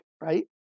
right